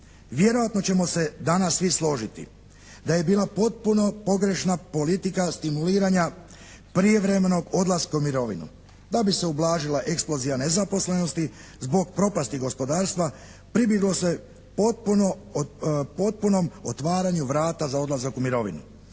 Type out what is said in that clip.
Vjerojatno ćemo se danas svi složiti da je bila potpuno pogrešna politika stimuliranja prijevremenog odlaska u mirovinu. Da bi se ublažila eksplozija nezaposlenosti zbog propasti gospodarstva pribjeglo se potpunom otvaranju vrata za odlazak u mirovinu.